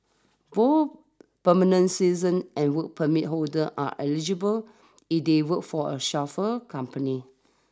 both permanent seasons and work permit holder are eligible if they work for a chauffeur company